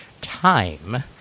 time